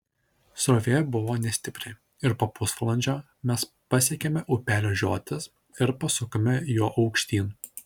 srovė buvo nestipri ir po pusvalandžio mes pasiekėme upelio žiotis ir pasukome juo aukštyn